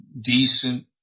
decent